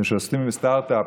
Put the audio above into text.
כשעוסקים בסטרטאפ,